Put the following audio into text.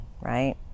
right